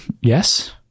yes